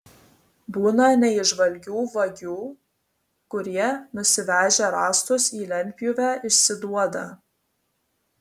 būna neįžvalgių vagių kurie nusivežę rąstus į lentpjūvę išsiduoda